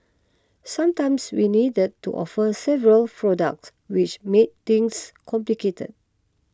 sometimes we needed to offer several products which made things complicated